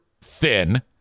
thin